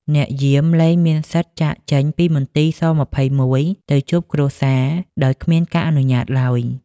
អ្នកយាមលែងមានសិទ្ធិចាកចេញពីមន្ទីរស-២១ ទៅជួបគ្រួសារដោយគ្មានការអនុញ្ញាតឡើយ។